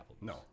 no